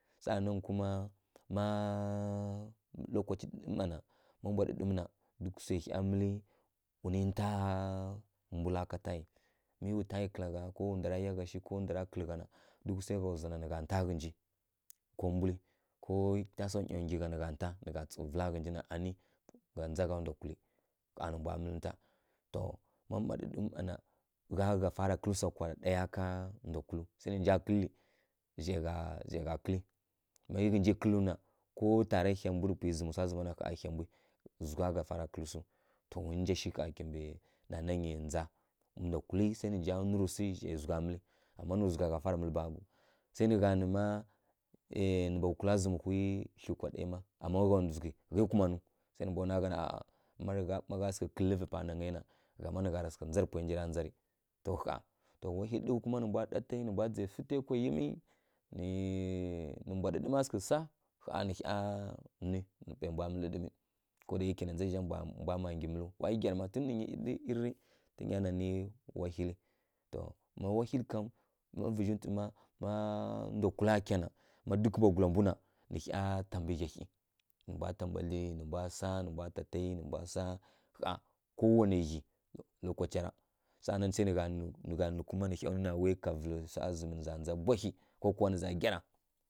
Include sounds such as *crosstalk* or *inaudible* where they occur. Saˈa nan kuma mma *unintelligible* na na má mbwa ɗǝɗǝmǝ na dukǝ swai hya mǝlǝ ghǝnǝ mbula ká tayi mi wa tayi kǝla gha ko ndwara yá shi ko ndwara kǝlǝ gha na duk swai gha ndzwa na nǝ gh nta ghǝnji ko mbulǝ ko tasawa nyaw ngyi gha na nǝ gha nta ghǝnji na tsǝw vǝla ghǝnji na anǝ pana ndza gha ndwa kulǝ to ƙha nǝ mbwa mǝlǝnta. To má mbwa ɗǝɗǝm mma na ghá gha fara kǝlǝ swa kwa ɗaiya ka ndwa kulǝw sai nǝ nja kǝlǝ gha gha kǝlǝ mi ghǝnji kǝlǝw na ko ƙha hia mbu rǝ pwi zǝmǝ swa zǝmara na ƙha yia mbwi zugha gha fara kǝlǝw swu, to wa nja shi ƙha kimbǝ nanayi ndza. Ndwa kulǝ sai nǝ nja nurǝ swi zhai zugha mǝlǝ, ama nǝ zugha gha fara mǝlǝ babaw sai nǝ gha nǝ má nǝ mbwa kulla zǝmǝhwi thlyi kwa ɗai má sai mbwa nwa gha ma gha sǝghǝ kǝlǝvǝ pa nangai na nǝ gha mma nǝ sǝghǝ ndza rǝ pwai nji ra ndzarǝ tai kwa yimǝ nǝ mbwa ɗǝɗǝma sǝghǝ sa ƙha nǝ hya nwi panai mbwa mǝlǝ ɗǝɗǝmǝ ko dayake na ndza zǝ zha mbwa mma mǝlǝw wa gyara mma tun nǝ ghǝnyi irǝrǝ wahilǝ ma wahilǝ kam má vǝzhi tu mma má ndwa kul kya na má duk mbwagula mbu na mbǝ ghya hyi naǝ mbwa ta bandli nǝ mbwa sa nǝ mbwa ta taiyi nǝ mbwa sa ƙha kowanai ghyi lokacira saˈa nan nǝ gha nǝ kuma nǝ ghya nǝ za ndza bwahyi ko kuma nǝ za gyira.